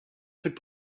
could